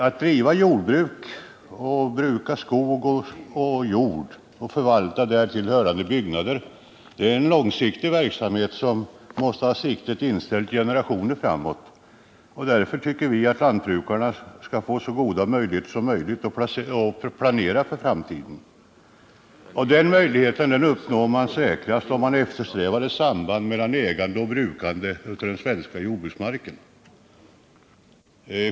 Att driva jordbruk, bruka jord och skog och förvalta därtill hörande byggnader, är en långsiktig verksamhet, där man måste ha siktet inställt generationer framåt. Därför tycker vi att lantbrukarna bör få goda möjligheter att planera för framtiden. Sådana möjligheter uppnås säkrast om man eftersträvar ett samband mellan ägande och brukande av den svenska jordbruksmarken.